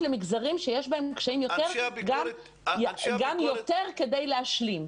למגזרים שיש בהם יותר קשיים גם יותר כדי להשלים.